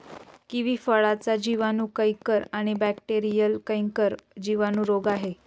kiwi फळाचा जिवाणू canker आणि बॅक्टेरीयल कैंकर जिवाणू रोग आहे